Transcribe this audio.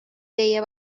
teie